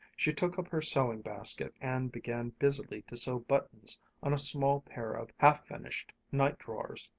she took up her sewing-basket and began busily to sew buttons on a small pair of half-finished night-drawers.